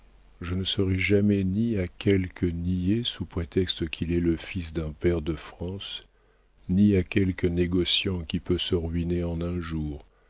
je ne serai jamais ni à quelque niais sous prétexte qu'il est le fils d'un pair de france ni à quelque négociant qui peut se ruiner en un jour